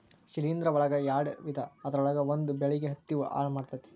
ಶಿಲೇಂಧ್ರ ಒಳಗ ಯಾಡ ವಿಧಾ ಅದರೊಳಗ ಒಂದ ಬೆಳಿಗೆ ಹತ್ತಿ ಹಾಳ ಮಾಡತತಿ